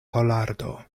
kolardo